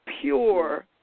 pure